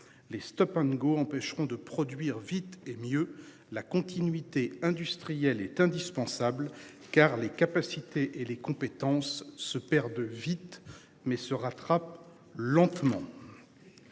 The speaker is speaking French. les Stop and Go empêcheront de produire vite et mieux la continuité industrielle est indispensable car les capacités et les compétences. Ce père de vite mais se rattrape lentement.